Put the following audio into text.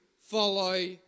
follow